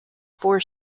four